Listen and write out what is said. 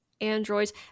androids